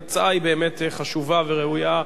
ההצעה היא באמת חשובה וראויה,